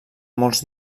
molts